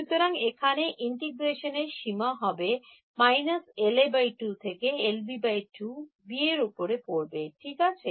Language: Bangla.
সুতরাং এখানে ইন্টিগ্রেশনের সীমা হবে −LA 2 থেকে LB 2 B র উপরে পড়বে ঠিক আছে